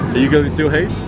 you going to sylhet?